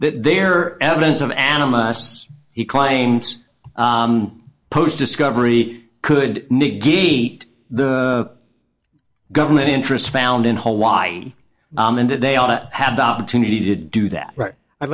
are evidence of animists he claims post discovery could negate the government interests found in hawaii amended they ought to have the opportunity to do that right i'd